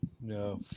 No